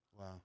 Wow